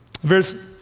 Verse